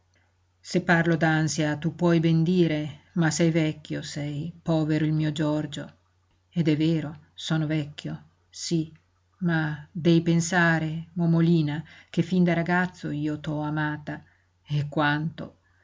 se parlo d'ansia tu puoi ben dire ma sei vecchio sei povero il mio giorgio ed è vero sono vecchio sí ma di pensare momolina che fin da ragazzo io t'ho amata e quanto